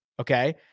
Okay